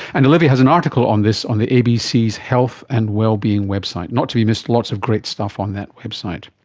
and olivia has an article on this on the abcs health and wellbeing website, not to be missed, lots of great stuff on that website.